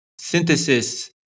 synthesis